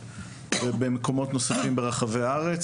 ובמקומות נוספים ברחבי הארץ.